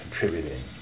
contributing